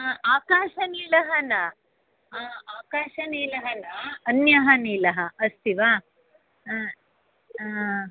ह आकाशनीलः न ह आकाशनीलः न अन्यः नीलः अस्ति वा हा